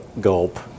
Gulp